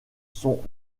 son